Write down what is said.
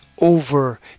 Over